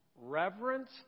reverence